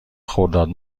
خرداد